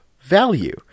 value